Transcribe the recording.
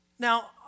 Now